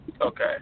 Okay